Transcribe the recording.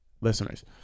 listeners